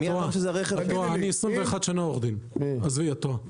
אני 21 שנה עורך-דין, את טועה.